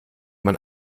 man